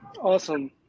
Awesome